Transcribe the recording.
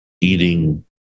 Eating